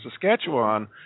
Saskatchewan